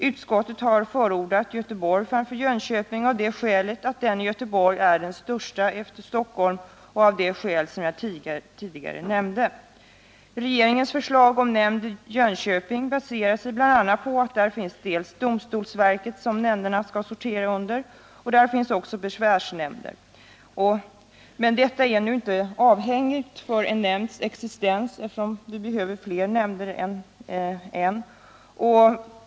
Utskottet har förordat Göteborg framför Jönköping av det skälet att nämnden i Göteborg är den största efter Stockholm och av de skäl som jag tidigare nämnde. Regeringens förslag om en nämnd i Jönköping baserade sig bl.a. på att där finns dels domstolsverket, som nämnderna skall sortera under, dels besvärsnämnden. Men detta är nu inte avhängigt för en nämnds existens, eftersom det behövs nämnder också på annat håll.